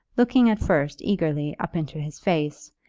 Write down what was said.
looking at first eagerly up into his face,